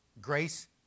Grace